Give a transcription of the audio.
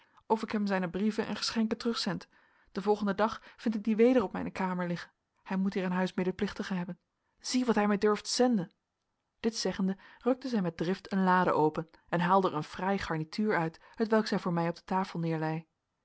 of ik hem zijne brieven en geschenken terugzend den volgenden dag vind ik die weder op mijne kamer liggen hij moet hier in huis medeplichtigen hebben zie wat hij mij durft zenden dit zeggende rukte zij met drift een lade open en haalde er een fraai garnituur uit hetwelk zij voor mij op tafel